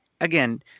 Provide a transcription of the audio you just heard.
again